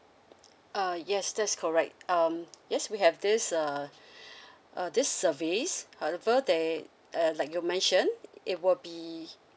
uh yes that is correct um yes we have this uh uh this service however they err like you mentioned it will be